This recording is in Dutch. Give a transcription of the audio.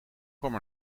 kwam